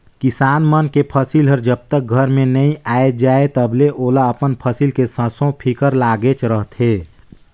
किसान मन के फसिल हर जब तक घर में नइ आये जाए तलबे ओला अपन फसिल के संसो फिकर लागेच रहथे